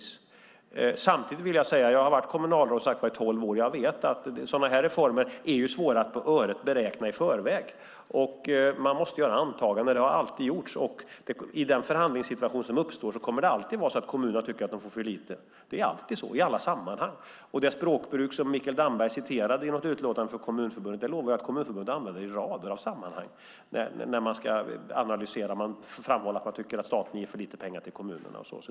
Samtidigt vill jag säga att jag har varit kommunalråd i tolv år. Jag vet att sådana här reformer är svåra att på öret beräkna i förväg. Man måste göra antaganden, och det har alltid gjorts. I den förhandlingssituation som uppstår kommer det alltid att vara så att kommunerna tycker att de får för lite. Det är alltid så i alla sammanhang. Det språkbruk som Mikael Damberg citerade i något utlåtande från Sveriges Kommuner och Landsting lovar jag att de använder i rader av sammanhang när de analyserar och ska framhålla att staten ger för lite pengar till kommunerna.